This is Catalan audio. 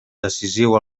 decisiu